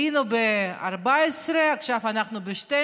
היינו ב-14, עכשיו אנחנו ב-12.